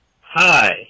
hi